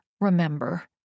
remember